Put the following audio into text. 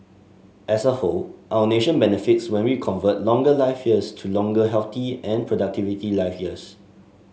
as a whole our nation benefits when we convert longer life years to longer healthy and productivity life years